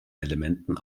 elementen